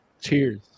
Cheers